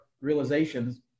realizations